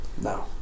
No